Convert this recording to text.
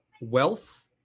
wealth